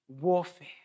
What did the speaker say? warfare